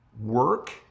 work